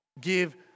Give